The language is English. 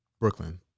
Brooklyn